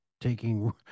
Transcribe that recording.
taking